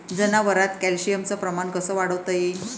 जनावरात कॅल्शियमचं प्रमान कस वाढवता येईन?